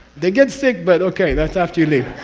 they get sick, but okay, that's after you leave,